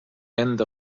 enda